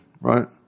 right